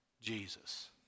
Jesus